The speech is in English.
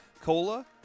Cola